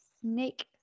snake